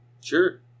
Sure